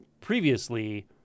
previously